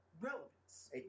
relevance